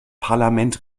parlament